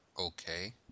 Okay